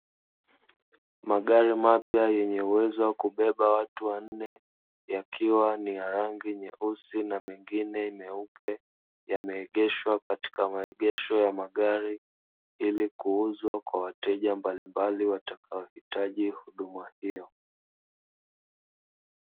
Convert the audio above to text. Magari mapya yenye uwezo wa kubeba watu wanne, yakiwa ni ya rangi nyeusi na mingine meupe, yameegeshwa katika maegesho ya magari ili kuuzwa kwa wateja mbalimbali watohitaji huduma hiyo.